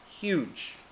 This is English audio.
Huge